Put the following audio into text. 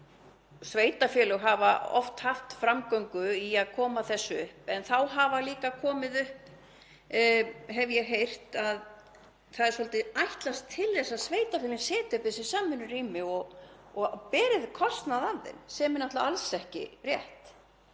og sveitarfélög hafa oft haft framgöngu í að koma þessu upp. Þá hefur líka komið upp, hef ég hef ég heyrt, að það er svolítið ætlast til þess að sveitarfélögin setji upp þessi samvinnurými og beri kostnað af þeim — sem er náttúrlega alls ekki rétt,